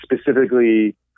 specifically